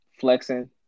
flexing